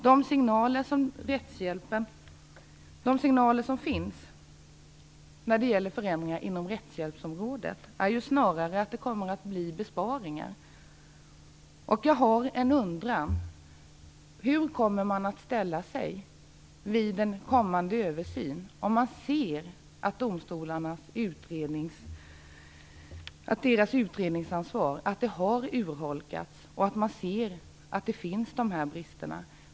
De signaler som ges när det gäller förändringar inom rättshjälpsområdet är snarare att det kommer att bli besparingar. Jag har en undran: Hur kommer man att ställa sig vid en kommande översyn, om man ser att domstolarnas utredningsansvar har urholkats och ser att dessa brister finns?